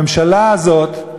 הממשלה הזאת,